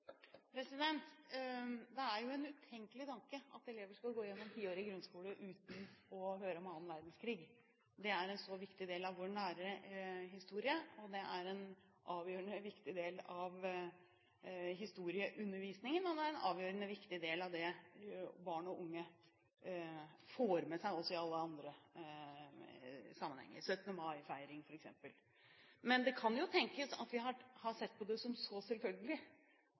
Det er jo en utenkelig tanke at elever skal gå gjennom tiårig grunnskole uten å høre om 2. verdenskrig. Den er en så viktig del av vår nære historie, den er en avgjørende viktig del av historieundervisningen, og den er en avgjørende viktig del av det barn og unge får med seg i mange andre sammenhenger, som f.eks. 17. mai-feiringen. Men det kan jo tenkes at vi har sett på det som så selvfølgelig